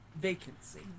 Vacancy